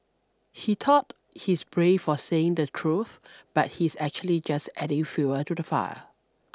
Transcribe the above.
he thought he's brave for saying the truth but he's actually just adding fuel to the fire